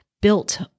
built